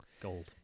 Gold